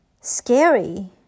scary